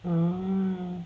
oo